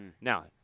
Now